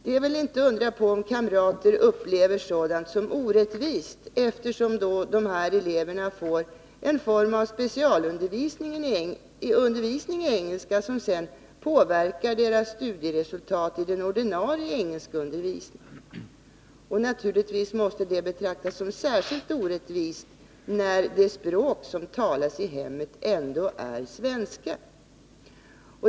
Det är väl inte att undra på om kamrater upplever sådant som orättvist, eftersom de här eleverna får en form av specialundervisning i engelska som sedan påverkar deras studieresultat i den ordinarie engelskundervisningen. Naturligtvis måste det betraktas som särskilt orättvist när det språk som talas i hemmet är svenska.